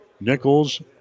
Nichols